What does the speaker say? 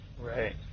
Right